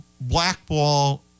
blackball